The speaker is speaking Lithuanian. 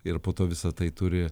ir po to visa tai turi